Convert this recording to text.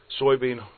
soybean